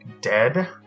dead